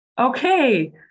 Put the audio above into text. okay